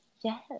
Yes